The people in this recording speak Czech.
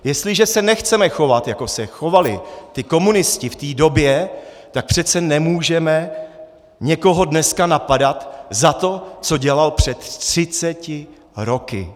Jestliže se nechceme chovat, jako se chovali ti komunisté v té době, tak přece nemůžeme někoho dneska napadat za to, co dělal před 30 lety.